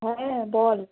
হ্যাঁ বল